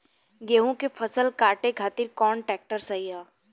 गेहूँ के फसल काटे खातिर कौन ट्रैक्टर सही ह?